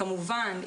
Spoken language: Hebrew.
כמובן,